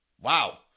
Wow